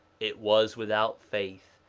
it was without faith,